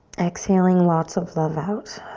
exhaling lots of love out.